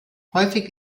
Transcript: häufig